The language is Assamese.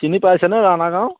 চিনি পাইছেনে ৰাণা গাঁও